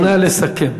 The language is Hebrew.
נא לסכם.